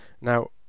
Now